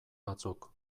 batzuk